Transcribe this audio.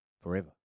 forever